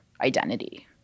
identity